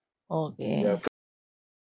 okay